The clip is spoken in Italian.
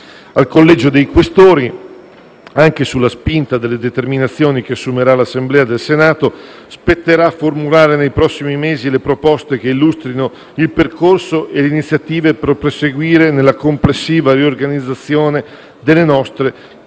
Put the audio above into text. Al Collegio dei Questori, anche sulla spinta delle determinazioni che assumerà l'Assemblea del Senato, spetterà formulare nei prossimi mesi le proposte che illustrino il percorso e le iniziative per proseguire nella complessiva riorganizzazione delle nostre istituzioni